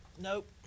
nope